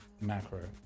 macro